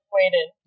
waited